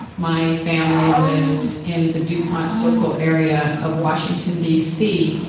my family lived in the dupont circle area of washington, dc,